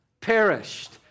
perished